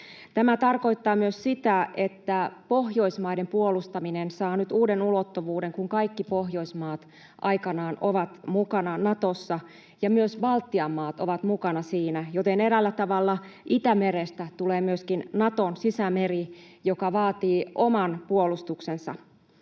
Tämä tarkoittaa myös sitä, että Pohjoismaiden puolustaminen saa nyt uuden ulottuvuuden, kun kaikki Pohjoismaat ovat aikanaan mukana Natossa. Myös Baltian maat ovat mukana siinä, joten eräällä tavalla Itämerestä tulee myöskin Naton sisämeri, joka vaatii oman puolustuksensa.